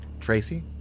Tracy